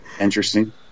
interesting